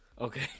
Okay